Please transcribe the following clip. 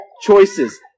choices